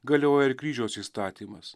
galioja ir kryžiaus įstatymas